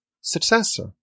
successor